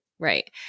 Right